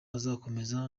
azakomereza